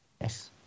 Yes